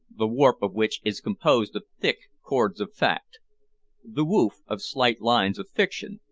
the warp of which is composed of thick cords of fact the woof of slight lines of fiction,